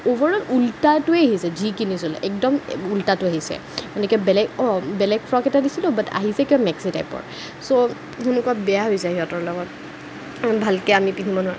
overall উল্টাটোৱে আহিছে যি কিনিছিলোঁ একদম উল্টাটো আহিছে এনেকৈ বেলেগ অঁ বেলেগ ফ্ৰক এটা দিছিলোঁ বাট আহিছে কিবা মেক্সি টাইপৰ চো সেনেকুৱা বেয়া হৈ যায় সিহঁতৰ লগত ভালকৈ আমি পিন্ধিব নোৱাৰোঁ